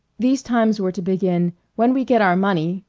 these times were to begin when we get our money